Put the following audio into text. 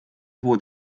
woord